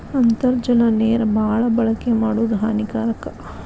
ಅಂತರ್ಜಲ ನೇರ ಬಾಳ ಬಳಕೆ ಮಾಡುದು ಹಾನಿಕಾರಕ